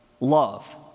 Love